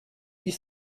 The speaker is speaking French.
huit